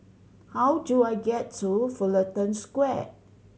how do I get to Fullerton Square